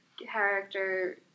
character